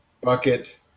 bucket